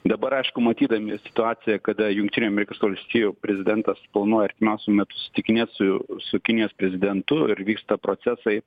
dabar aišku matydami situaciją kada jungtinių amerikos valstijų prezidentas planuoja artimiausiu metu sutikinėt su su kinijos prezidentu ir vyksta procesai